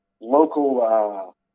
local